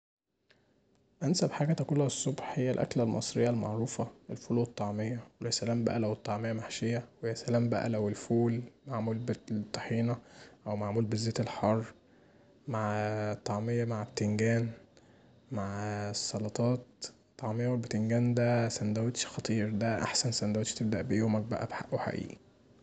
أنسب حاجه تاكلها الصبح هي الأكله المصريه المعروفه، الفول والطعمية، وياسلام بقي لو الطعميه محشيه، ويا سلام بقي لو الفول معمول بالطحينه او معمول بالزيت الحار مع طعميه مع بتنجان مع السلطات، الطعمية والبتنجان دا ساندوتش خطير دا احسن ساندوتش تبدأ بيه يومك بقي بحق وحقيقي.